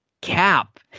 Cap